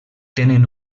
tenen